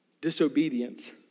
disobedience